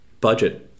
budget